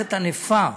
במערכת ענפה,